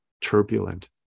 turbulent